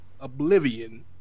Oblivion